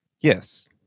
Yes